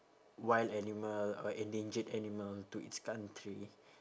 wild animal or endangered animal to its country